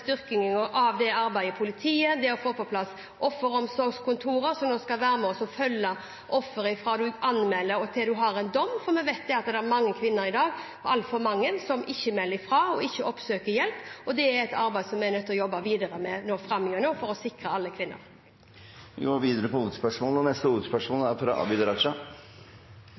skal være med og følge offeret fra man anmelder til det foreligger en dom. Vi vet at det er mange kvinner i dag – altfor mange – som ikke melder fra og ikke oppsøker hjelp. Det er et arbeid som vi er nødt til å jobbe videre med framover for å sikre alle kvinner. Vi går videre til neste hovedspørsmål.